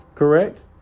Correct